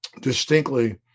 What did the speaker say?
distinctly